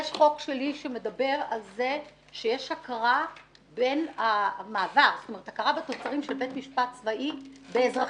יש חוק שלי שמדבר על זה שיש הכרה בתוצרים של בית משפט צבאי גם באזרחי.